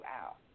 out